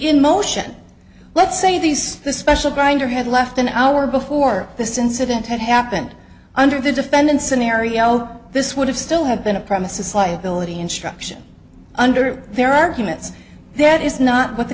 in motion let's say these special grindr had left an hour before this incident had happened under the defendant's scenario this would have still have been a premises liability instruction under their arguments that is not what the